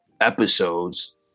episodes